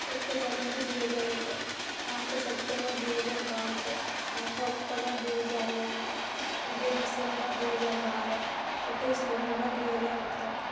ଏକ ଜାନୁଆରୀ ଦୁଇହଜାର ଏକ ପାଞ୍ଚ ସେପ୍ଟେମ୍ବର ଦୁଇହଜାର ପାଞ୍ଚ ଆଠ ଅକ୍ଟୋବର ଦୁଇହଜାର ନଅ କୋଡ଼ିଏ ଡିସେମ୍ବର ଦୁଇହଜାର ବାର ଅଠେଇଶି ନଭେମ୍ବର ଦୁଇହଜାର ଅଠର